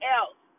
else